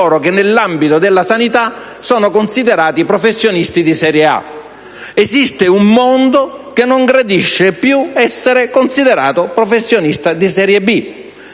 un mondo che non gradisce più essere considerato professionista di serie B.